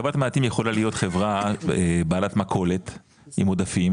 חברת מעטים יכול להיות חברה בעלת מכולת עם עודפים